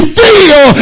feel